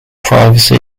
privacy